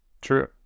True